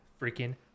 freaking